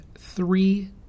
three